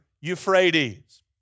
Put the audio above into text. Euphrates